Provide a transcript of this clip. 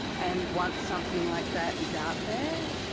and once something like that is out there,